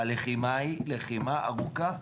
הלחימה היא לחימה ארוכה.